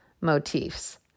motifs